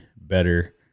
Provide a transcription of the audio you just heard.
better